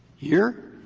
here,